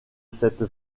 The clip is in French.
cette